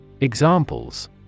Examples